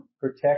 protect